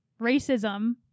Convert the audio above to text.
racism